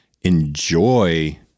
enjoy